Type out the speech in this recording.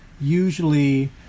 usually